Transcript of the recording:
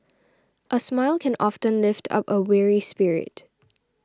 a smile can often lift up a weary spirit